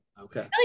Okay